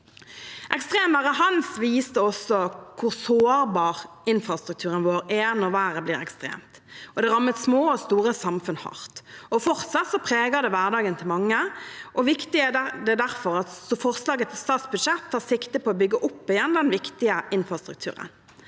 Ekstremværet Hans viste hvor sårbar infrastrukturen vår er når været blir ekstremt, og det rammet små og store samfunn hardt. Fortsatt preger det hverdagen til mange. Det er derfor viktig at forslaget til statsbudsjett tar sikte på å bygge opp igjen den viktige infrastrukturen.